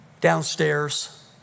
Downstairs